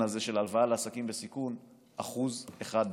הזה של הלוואה לעסקים בסיכון הוא 1% בלבד.